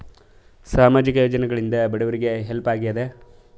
ಸಾಮಾಜಿಕ ಯೋಜನೆಗಳಿಂದ ಬಡವರಿಗೆ ಹೆಲ್ಪ್ ಆಗ್ಯಾದ?